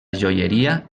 joieria